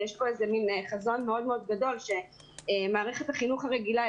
יש כאן חזון מאוד מאוד גדול שמערכת החינוך הרגילה